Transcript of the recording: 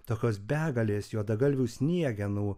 tokios begalės juodagalvių sniegenų